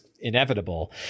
inevitable